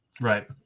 Right